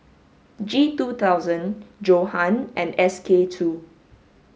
G two thousand Johan and S K two